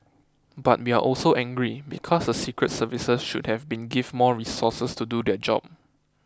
but we are also angry because the secret services should have been give more resources to do their job